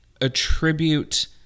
attribute